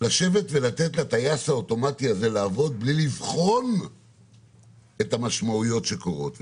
לשבת ולתת לטייס האוטומטי לעבוד בלי לבחון את המשמעויות שקורות.